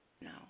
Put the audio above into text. No